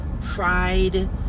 fried